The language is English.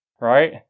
right